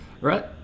right